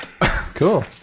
Cool